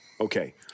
Okay